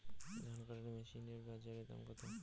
ধান কাটার মেশিন এর বাজারে দাম কতো?